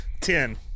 Ten